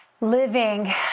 living